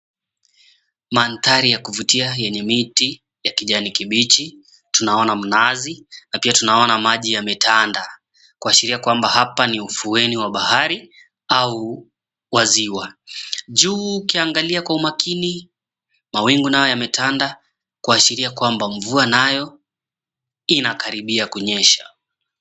Mandhari ya kuvutia yenye miti ya kijani kibichi. Tunaona mnazi na pia tunaona maji yametanda, kuashiria kwamba hapa ni ufueni wa bahari au wa ziwa. Juu ukiangalia kwa umakini, mawingu nayo yametanda kuashiria kwamba mvua nayo inakaribia kunyesha.